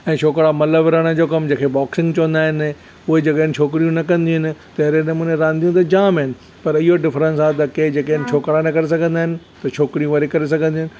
ऐं छोकिरा मल विढ़णु जो कमु जेके बॉक्सिंग चवंदा आहिनि उहे जेके छोकिरियूं न कंदियूं आहिनि त अहिड़े नमूने रांदियूं त जाम आहिनि पर इहो डिफरेंस आहे त के जेके छोकिरा न करे सघंदा आहिनि त छोकिरियूं वरी करे सघंदियूं आहिनि